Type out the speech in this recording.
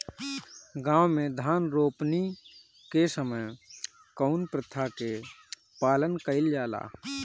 गाँव मे धान रोपनी के समय कउन प्रथा के पालन कइल जाला?